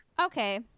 Okay